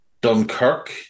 Dunkirk